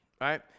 right